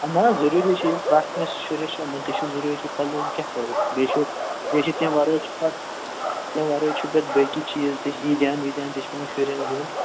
نہَ حَظ ضروری چھُ پرٛتھ کٲنٛسہِ شُرِس چھِ یِمن تہِ چھُ ضروری پلو وونۍ کیٛاہ کرو بیٚیہِ چھِ بیٚیہِ چھِ تَمہِ ورٲے چھِ پتہٕ تَمہِ ورٲے چھُ پتہٕ بیٚیہِ چیٖز تہِ عیٖدِیان ویٖدیان تہِ چھُ پٮ۪وان شُرٮ۪ن دِیُن